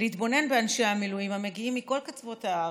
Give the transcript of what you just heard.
להתבונן באנשי המילואים, המגיעים מכל קצוות הארץ,